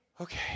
Okay